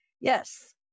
Yes